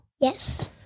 Yes